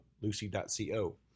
lucy.co